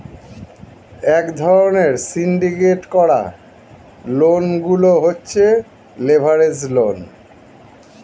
এক ধরণের সিন্ডিকেট করা লোন গুলো হচ্ছে লেভারেজ লোন